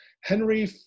Henry